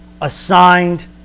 assigned